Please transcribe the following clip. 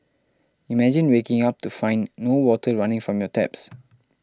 imagine waking up to find no water running from your taps